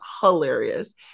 hilarious